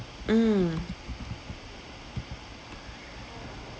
mm